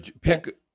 pick